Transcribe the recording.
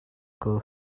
call